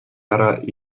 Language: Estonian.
ära